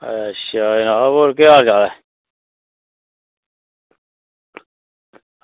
अच्छा जनाब होर केह् हाल चाल ऐ